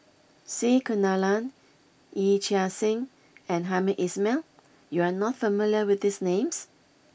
C Kunalan Yee Chia Hsing and Hamed Ismail you are not familiar with these names